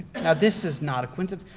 now this is not a coincidence.